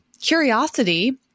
curiosity